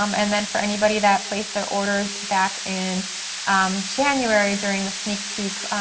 um and then, for anybody that placed their orders back in january during the sneak peek,